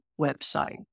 website